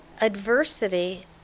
adversity